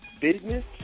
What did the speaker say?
business